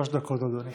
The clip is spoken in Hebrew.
שלוש דקות, אדוני.